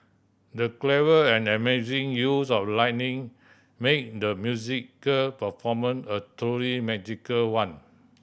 the clever and amazing use of lighting made the musical performance a truly magical one